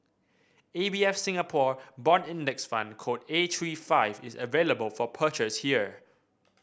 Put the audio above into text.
A B F Singapore Bond Index Fund code A three five is available for purchase here